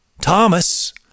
Thomas